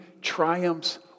triumphs